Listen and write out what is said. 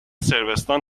صربستان